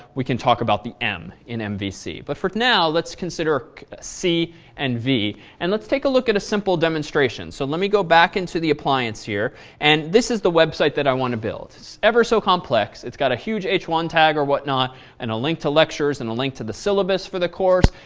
we can talk about the m in mvc. but for now, now, let's consider c and v and let's take a look at a simple demonstration. so let me go back into the appliance here and this is the website that i want to build. it's ever so complex. it's got a huge h one tag or whatnot and a link to lectures and a link to the syllabus for the course.